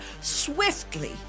swiftly